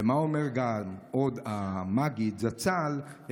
ומה אומר עוד המגיד זצ"ל?